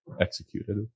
executed